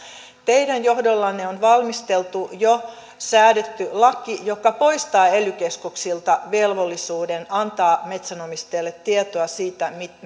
teidän johdollanne on valmisteltu jo säädetty laki joka poistaa ely keskuksilta velvollisuuden antaa metsänomistajalle tietoa siitä